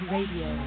Radio